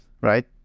right